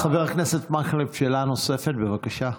חבר הכנסת מקלב, שאלה נוספת, בבקשה.